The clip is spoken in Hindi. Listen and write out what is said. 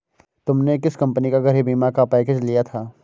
तुमने किस कंपनी का गृह बीमा का पैकेज लिया था?